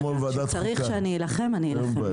כשצריך שאני אלחם, אני אלחם.